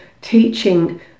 teaching